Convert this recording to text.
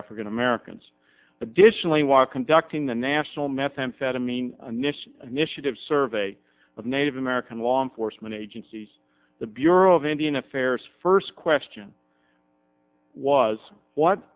african americans additionally while conducting the national methamphetamine initiative survey of native american law enforcement agencies the bureau of indian affairs first question was what